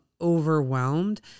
overwhelmed